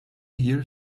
hear